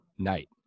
Night